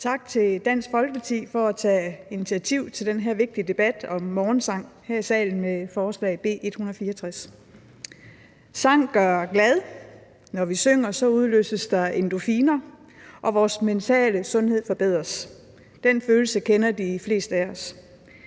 Tak til Dansk Folkeparti for at tage initiativ til den her vigtige debat om morgensang her i salen med forslag B 164. Sang gør glad. Når vi synger, udløses der endorfiner, og vores mentale sundhed forbedres. Den følelse kender de fleste af os.